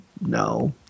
No